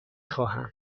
خواهم